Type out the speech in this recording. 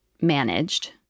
managed